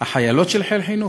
החיילות של חיל חינוך?